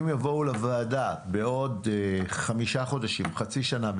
אם יבואו לוועדה בעוד חמישה חודשים או חצי שנה,